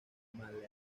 malaui